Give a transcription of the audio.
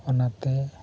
ᱚᱱᱟᱛᱮ